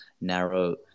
narrow